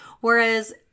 Whereas